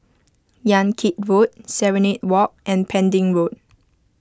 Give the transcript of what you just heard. Yan Kit Road Serenade Walk and Pending Road